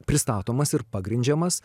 pristatomas ir pagrindžiamas